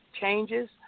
changes